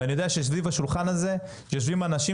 ואני יודע שסביב השולחן הזה יושבים אנשים